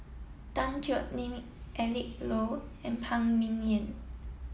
Tan Thoon Eric Low and Phan Ming Yen